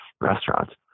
restaurants